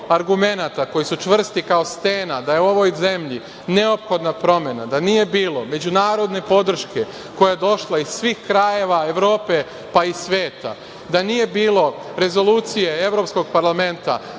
koji su čvrsti kao stena, da je u ovoj zemlji neophodna promena, da nije bilo međunarodne podrške koja je došla iz svih krajeva Evrope, pa i sveta, da nije bilo rezolucije Evropskog parlamenta,